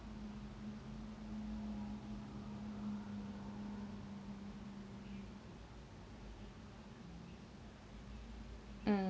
mm